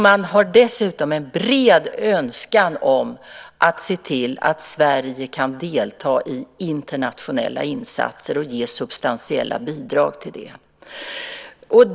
Man har dessutom en bred önskan om att se till att Sverige kan delta i internationella insatser och ge substantiella bidrag till det.